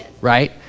right